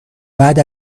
بعد